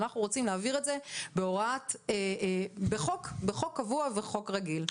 אנחנו רוצים להעביר את זה בחוק קבוע וחוק רגיל.